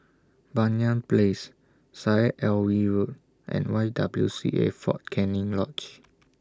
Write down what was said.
Banyan Place Syed Alwi Road and Y W C A Fort Canning Lodge